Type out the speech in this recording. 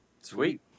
Sweet